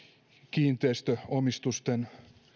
kiinteistöomistusten